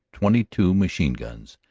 twenty two machine guns,